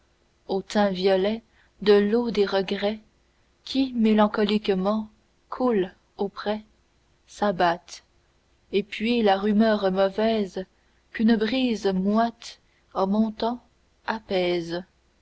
au tain violet de l'eau des regrets qui mélancoliquement coule auprès s'abattent et puis la rumeur mauvaise qu'une brise moite en montant apaise